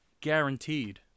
Guaranteed